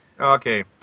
Okay